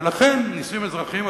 ולכן נישואים אזרחיים,